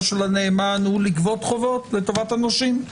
של הנאמן הוא לגבות חובות לטובת הנשים,